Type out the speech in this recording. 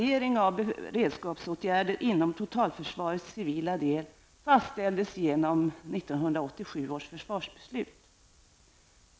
1987 års försvarsbeslut.